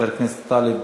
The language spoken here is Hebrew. חבר הכנסת טלב